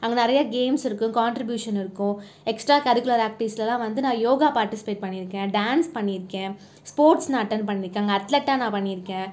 அங்கே நிறைய கேம்ஸ் இருக்கும் காண்ட்ரிப்யூஷன் இருக்கும் எக்ஸ்ட்ரா கரிகுலர் ஆக்விட்டிஸ்லாம் வந்து நான் யோகா பார்டிசிபேட் பண்ணியிருக்கேன் டான்ஸ் பண்ணியிருக்கேன் ஸ்போர்ட்ஸ் நான் அட்டென்ட் அங்கே அத்லெட்டாக நான் பண்ணியிருக்கேன்